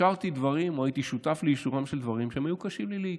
שאישרתי דברים או הייתי שותף לאישורם של דברים שהיו קשים לי לעיכול,